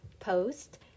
post